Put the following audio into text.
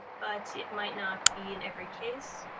but it might not be in every case.